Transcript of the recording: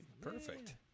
Perfect